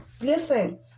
Listen